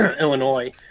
Illinois